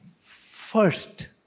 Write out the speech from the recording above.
First